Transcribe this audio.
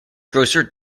grocer